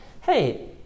Hey